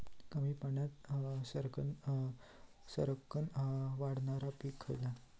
कमी पाण्यात सरक्कन वाढणारा पीक खयला?